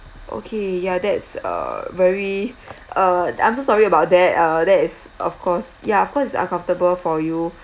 okay ya that's uh very uh I'm so sorry about that uh that is of course ya of course it's uncomfortable for you